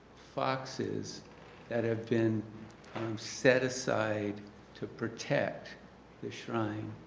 foxes that have been set aside to protect the shrine.